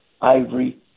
ivory